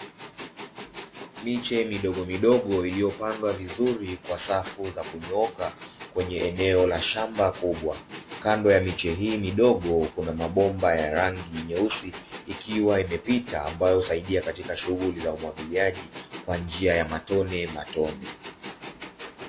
Miche midogo midogo iliyo pandwa vizuri katika safu za kuonyooka kwenye eneo la shamba kubwa kando ya miche hii midogo na mabomba ya rangi nyeusi, ikiwa imepita inasaidia katika shughuli za umwagiliaji kwa njia ya matone matone.